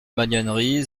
magnanerie